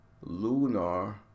lunar